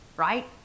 right